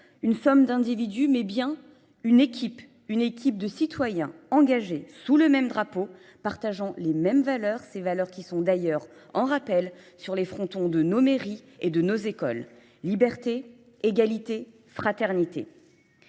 une somme d'individus mais bien une équipe, une équipe de citoyens engagés sous le même drapeau, partageant les mêmes valeurs, ces valeurs qui sont d'ailleurs en rappel sur les frontons de nos mairies et de nos écoles. Liberté, égalité, fraternité.